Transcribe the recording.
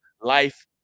life